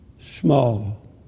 small